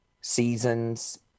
seasons